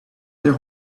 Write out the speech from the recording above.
their